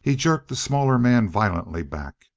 he jerked the smaller man violently back.